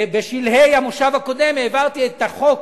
בשלהי המושב הקודם העברתי את החוק